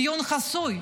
דיון חסוי.